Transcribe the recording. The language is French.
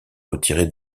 retirée